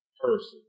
person